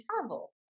travel